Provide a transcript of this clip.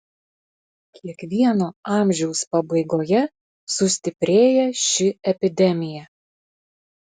kiekvieno amžiaus pabaigoje sustiprėja ši epidemija